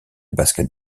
basket